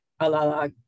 Alala